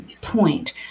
point